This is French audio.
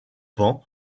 pans